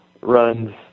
runs